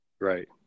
Right